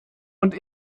und